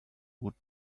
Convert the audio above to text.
would